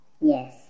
yes